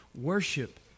worship